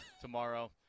tomorrow